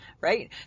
Right